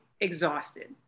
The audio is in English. exhausted